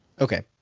okay